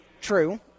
True